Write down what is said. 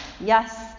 yes